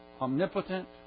omnipotent